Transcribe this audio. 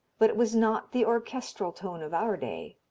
but it was not the orchestral tone of our day.